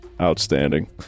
Outstanding